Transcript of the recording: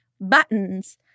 buttons